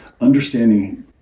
understanding